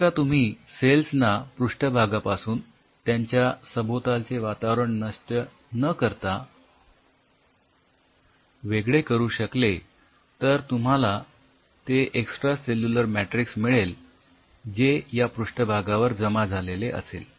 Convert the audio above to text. जर का तुम्ही सेल्सना पृष्ठभागापासून त्यांच्या सभोवतालचे वातावरण नष्ट न करता वेगळे करू शकले तर तुम्हाला ते एक्सट्रा सेल्युलर मॅट्रिक्स मिळेल जे या पृष्ठभागावर जमा झालेले असेल